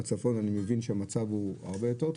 בצפון אני מבין שהמצב הוא הרבה יותר טוב,